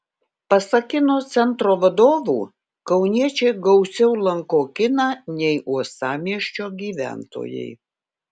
pasak kino centro vadovų kauniečiai gausiau lanko kiną nei uostamiesčio gyventojai